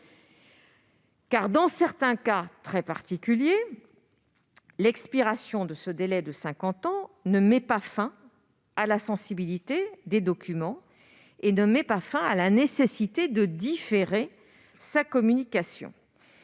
? Dans certains cas très particuliers, l'expiration du délai de cinquante ans ne met pas fin à la sensibilité des documents et donc à la nécessité de différer leur communication.